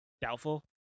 Doubtful